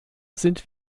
sind